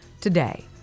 today